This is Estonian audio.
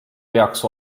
peaks